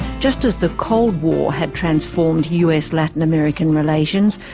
just as the cold war had transformed us-latin american relations,